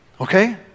Okay